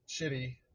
shitty